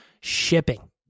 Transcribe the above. shipping